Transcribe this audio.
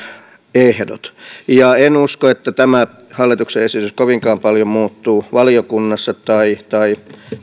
ja en usko että tämä hallituksen esitys kovinkaan paljon muuttuu valiokunnassa tai tai